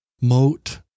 Moat